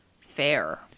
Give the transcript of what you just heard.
Fair